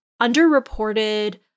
underreported